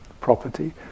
property